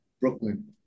Brooklyn